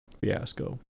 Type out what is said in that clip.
fiasco